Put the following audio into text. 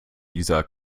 dieser